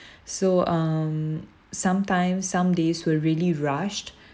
so um sometime some days we're really rushed